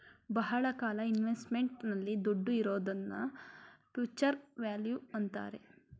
ಬಹಳ ಕಾಲ ಇನ್ವೆಸ್ಟ್ಮೆಂಟ್ ನಲ್ಲಿ ದುಡ್ಡು ಇರೋದ್ನ ಫ್ಯೂಚರ್ ವ್ಯಾಲ್ಯೂ ಅಂತಾರೆ